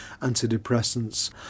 antidepressants